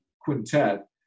quintet